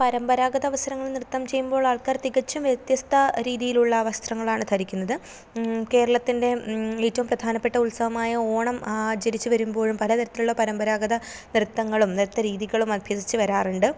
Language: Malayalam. പരമ്പരാഗത അവസരങ്ങൾ നൃത്തം ചെയ്യുമ്പോൾ ആൾക്കാർ തികച്ചും വ്യത്യസ്ത രീതിയിലുള്ള വസ്ത്രങ്ങളാണ് ധരിക്കുന്നത് കേരളത്തിൻ്റെ ഏറ്റവും പ്രധാനപ്പെട്ട ഉത്സവമായ ഓണം ആചരിച്ചു വരുമ്പോഴും പലതരത്തിലുള്ള പരമ്പരാഗത നൃത്തങ്ങളും നൃത്ത രീതികളും അഭ്യസിച്ചു വരാറുണ്ട്